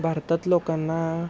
भारतात लोकांना